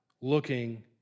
looking